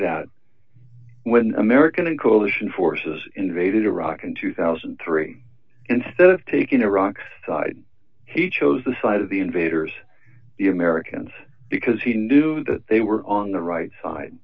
that when american and coalition forces invaded iraq in two thousand and three instead of taking iraq's side he chose the side of the invaders the americans because he knew that they were on the right side